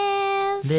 Live